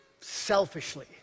selfishly